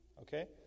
Okay